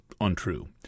untrue